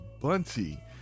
bunty